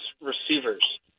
receivers